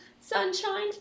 Sunshine